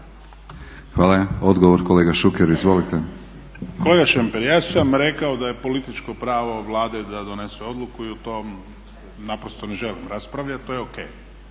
Hvala. Odgovor kolega Šuker, izvolite. **Šuker, Ivan (HDZ)** Kolega Šemper, ja sam rekao da je političko pravo Vlade da donese odluku i o tom naprosto ne želim raspravljati, to je o.k.